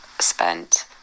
spent